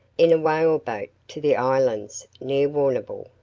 in a whale boat to the islands near warrnambool,